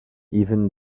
even